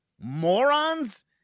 morons